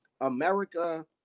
America